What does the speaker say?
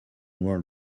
world